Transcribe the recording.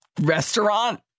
restaurant